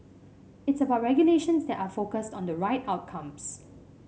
it is about regulations that are focused on the right outcomes